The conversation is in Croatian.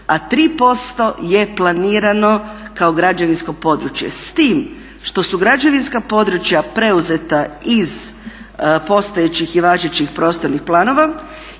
a 3% je planirano kao građevinsko područje, s tim što su građevinska područja preuzeta iz postojećih i važećih prostornih planova.